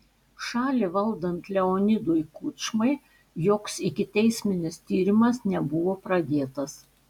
šalį valdant leonidui kučmai joks ikiteisminis tyrimas nebuvo pradėtas